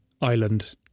island